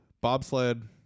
bobsled